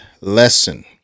lesson